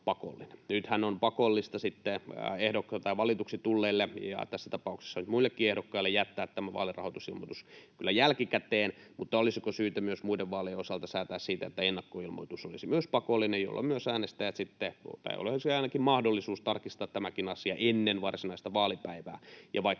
pakollinen. Nythän on kyllä pakollista valituksi tulleille ja tässä tapauksessa muillekin ehdokkaille jättää tämä vaalirahoitusilmoitus jälkikäteen, mutta olisiko syytä myös muiden vaalien osalta säätää siitä, että myös ennakkoilmoitus olisi pakollinen, jolloin myös äänestäjillä olisi ainakin mahdollisuus tarkistaa tämäkin asia ennen varsinaista vaalipäivää? Ja vaikka